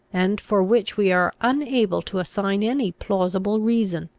and for which we are unable to assign any plausible reason.